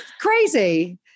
crazy